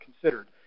considered